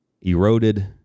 eroded